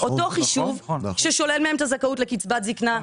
אותו חישוב ששולל מהם את הזכאות לקצבת זקנה,